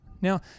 Now